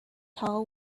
tall